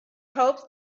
hoped